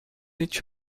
each